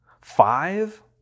Five